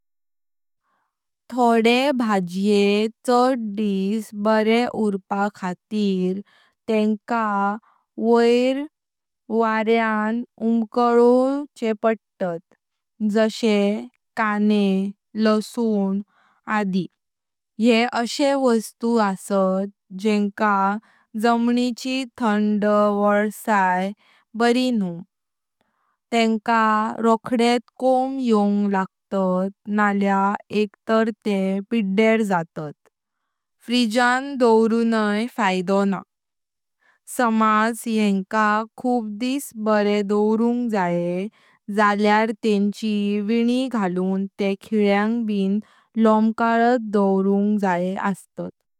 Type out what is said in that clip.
थोडे भाज्ये छड दस बरे उर्पाक खातीर तेंका वोर वार्यां उम्कलोवचे पडतात। जशे काणे, लसुन आदी, ये अशे वस्तु अस्त जातेंका जम्नीची थंड वोलसई बरी न्हू। तेंका रोक्हदेत कोम येवंग लागतात नळयां एक तार ते पीद्यर जातात। फ्रिजान दोवरुनाई फायदो न्हा। समज येनका खुप दस बरे दोवरुंग जायें जाल्यार तेंची विनी घालुन ते खिल्यांग ब लोम्कलात दोवरुंग जायें अस्तात।